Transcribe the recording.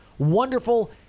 wonderful